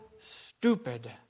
stupid